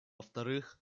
вторых